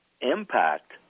impact